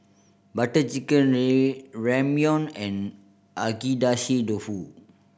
Butter Chicken Ramyeon and Agedashi Dofu